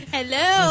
Hello